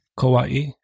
Kauai